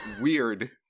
Weird